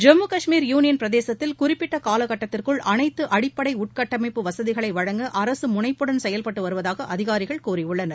Jammu Kashmir union பிரதேசத்தில் குறிப்பிட்ட காலகட்டத்திற்குள் அனைத்து அடிப்படை உட்கட்டமைப்பு வசதிகளை வழங்க அரசு முனைப்புடன் செயல்பட்டு வருவதாக அதிகாரிகள் கூறியுள்ளனர்